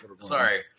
sorry